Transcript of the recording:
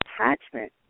attachment